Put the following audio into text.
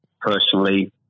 personally